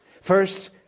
First